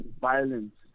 violence